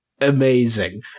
Amazing